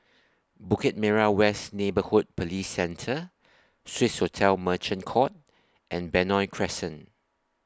Bukit Merah West Neighbourhood Police Centre Swissotel Merchant Court and Benoi Crescent